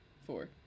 four